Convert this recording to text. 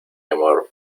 amor